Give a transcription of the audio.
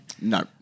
No